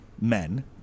Men